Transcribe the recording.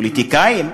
פוליטיקאים.